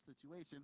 situation